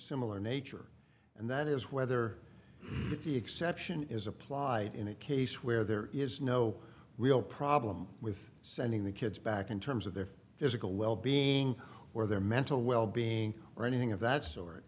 similar nature and that is whether the exception is applied in a case where there is no real problem with sending the kids back in terms of their physical wellbeing or their mental wellbeing or anything of that sor